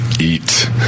eat